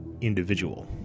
individual